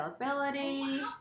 availability